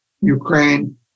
Ukraine